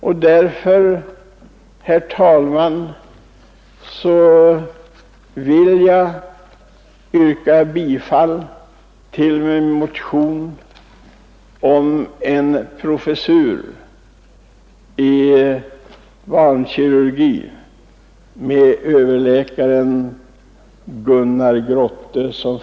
Jag är medveten om att många anser att de på sjukhus intagna barnen är så få att vi kan gömma dem. Det gör vi också så gott vi kan.